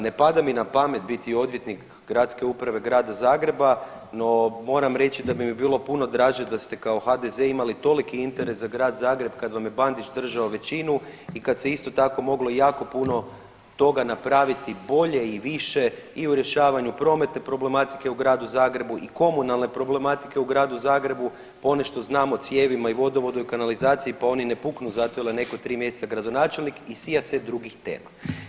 Ne pada mi na pamet biti odvjetnik Gradske uprave Grada Zagreba no moram reći da bi mi bilo puno draže da ste kao HDZ imali toliki interes za Grad Zagreb kad vam je Bandić držao većinu i kad se isto tako moglo jako puno toga moglo napraviti bolje i više i u rješavanju prometa, problematike u Gradu Zagrebu i komunalne problematike u Gradu Zagrebu, one što znamo o cijevima i vodovodnoj kanalizaciji, pa one ne puknu zato jer je netko 3 mj. gradonačelnik i sijaset drugih tema.